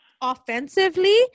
offensively